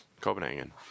Copenhagen